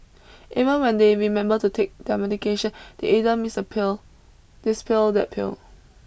even when they remember to take their medication they either miss a pill this pill that pill